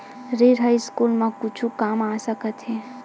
ऋण ह स्कूल मा कुछु काम आ सकत हे?